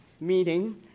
meeting